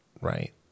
right